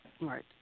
Right